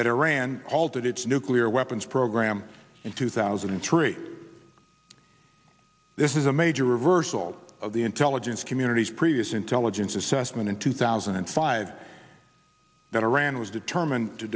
that iran halted its nuclear weapons program in two thousand and three this is a major reversal of the intelligence community's previous intelligence assessment in two thousand and five that iran was determined to